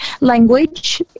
language